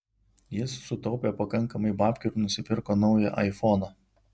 jis sutaupė pakankamai babkių ir nusipirko naują aifoną